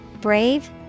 Brave